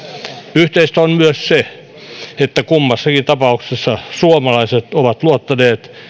yhteistä on myös se että kummassakin tapauksessa suomalaiset ovat luottaneet